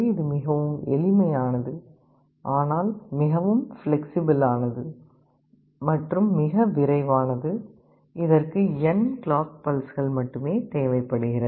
இது எளிமையானது ஆனால் மிகவும் நெகிழ்வுத்தன்மை உடையது மற்றும் மிக விரைவானது இதற்கு n கிளாக் பல்ஸ்கள் மட்டுமே தேவைப்படுகிறது